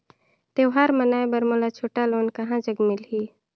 त्योहार मनाए बर मोला छोटा लोन कहां जग मिलही?